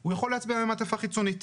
הוא יכול להצביע במעטפה חיצונית.